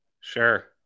Sure